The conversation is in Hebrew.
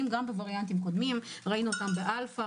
גם בווריאנטים קודמים: ראינו אותם באלפא,